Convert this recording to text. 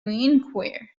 inquire